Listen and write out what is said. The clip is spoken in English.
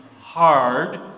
hard